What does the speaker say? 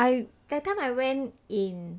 I that time I went in